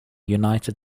united